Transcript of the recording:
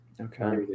Okay